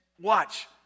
watch